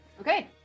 Okay